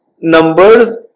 numbers